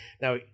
Now